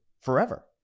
forever